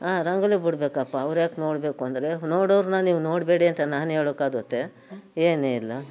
ರಂಗೋಲಿ ಬಿಡ್ಬೇಕಪ್ಪ ಅವ್ರ್ಯಾಕೆ ನೋಡಬೇಕು ಅಂದರೆ ನೋಡೋರನ್ನ ನೀವು ನೋಡಬೇಡಿ ಅಂತ ನಾನು ಹೇಳೋಕಾಗುತ್ತೆ ಏನಿಲ್ಲ